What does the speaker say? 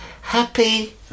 Happy